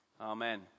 Amen